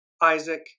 Isaac